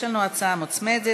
יש לנו הצעה מוצמדת,